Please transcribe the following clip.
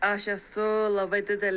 aš esu labai didelė